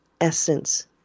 essence